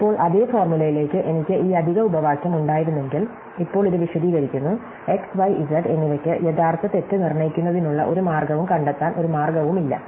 ഇപ്പോൾ അതേ ഫോര്മുലയിലേക്ക് എനിക്ക് ഈ അധിക ഉപവാക്യം ഉണ്ടായിരുന്നെങ്കിൽ ഇപ്പോൾ ഇത് വിശദീകരിക്കുന്നു x y z എന്നിവയ്ക്ക് യഥാർത്ഥ തെറ്റ് നിർണ്ണയിക്കുന്നതിനുള്ള ഒരു മാർഗ്ഗവും കണ്ടെത്താൻ ഒരു മാർഗവുമില്ല